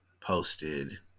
posted